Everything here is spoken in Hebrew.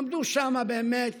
עמדו שם, באמת